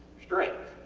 strength.